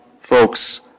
Folks